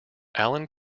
allen